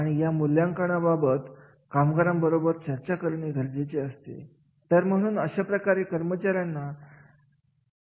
तर व्यवसायाचे नियोजन दीर्घकाळाच्या असेल तर निश्चितपणे खूप लोकांना असे कार्य आकर्षित करत असते त्यांना कामाच्या ठिकाणी गुंतवून ठेवू शकते